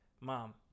mom